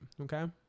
okay